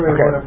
Okay